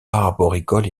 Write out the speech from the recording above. arboricoles